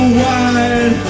wide